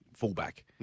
fullback